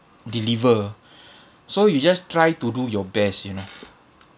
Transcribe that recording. deliver so you just try to do your best you know